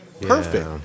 perfect